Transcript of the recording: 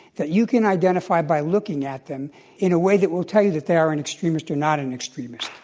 that you can identify by looking at them in a way that will tell you that they are an extremist or not an extremist.